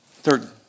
third